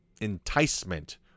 enticement